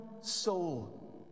Soul